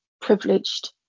privileged